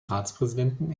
ratspräsidenten